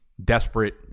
Desperate